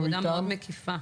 עבודה מאוד מקיפה.